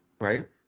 Right